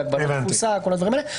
זה הגבלות תפוסה כל הדברים האלה.